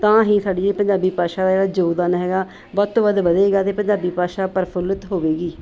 ਤਾਂ ਹੀ ਸਾਡੀ ਇਹ ਪੰਜਾਬੀ ਭਾਸ਼ਾ ਜਿਹੜਾ ਯੋਗਦਾਨ ਹੈਗਾ ਵੱਧ ਤੋਂ ਵੱਧ ਵਧੇਗਾ ਅਤੇ ਪੰਜਾਬੀ ਭਾਸ਼ਾ ਪ੍ਰਫੁੱਲਿਤ ਹੋਵੇਗੀ